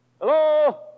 Hello